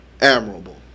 Admirable